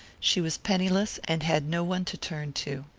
she was penniless, and had no one to turn to.